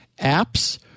Apps